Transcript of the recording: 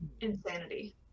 insanity